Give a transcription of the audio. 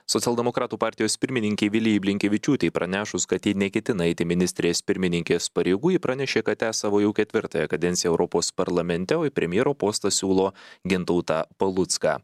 socialdemokratų partijos pirmininkei vilijai blinkevičiūtei pranešus kad ji neketina eiti ministrės pirmininkės pareigų ji pranešė kad tęs savo jau ketvirtąją kadenciją europos parlamente o į premjero postą siūlo gintautą palucką